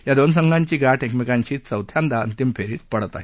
या दोन संघांची गाठ एकमेकांशी चौथ्यांदा अंतिम फेरीत पडत आहे